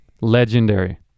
legendary